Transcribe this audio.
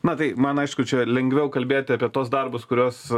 na tai man aišku čia lengviau kalbėti apie tuos darbus kuriuos